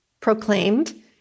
proclaimed